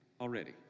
already